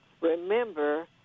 remember